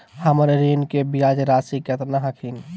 हमर ऋण के ब्याज रासी केतना हखिन?